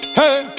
hey